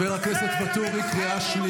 עזוב את השטויות האלה.